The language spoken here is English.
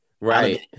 right